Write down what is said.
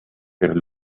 per